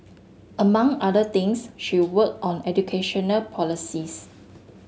among other things she worked on educational policies